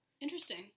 interesting